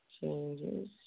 changes